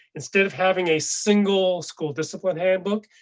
instead of having a single school discipline handbook,